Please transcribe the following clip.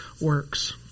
works